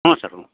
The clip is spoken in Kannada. ಹ್ಞೂ ಸರ್ ಹ್ಞೂ